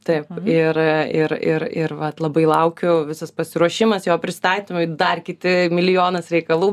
taip ir ir ir ir vat labai laukiu visas pasiruošimas jo pristatymui dar kiti milijonas reikalų